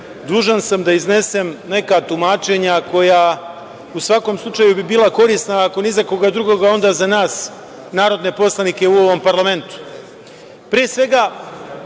dužan sam da iznesem neka tumačenja koja, u svakom slučaju bi bila korisna, ako ni za koga drugog, onda za nas narodne poslanike u ovom parlamentu. Pre